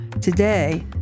Today